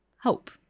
hope